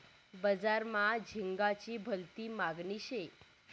बजार मा झिंगाची भलती मागनी शे